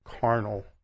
carnal